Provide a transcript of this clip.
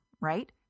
right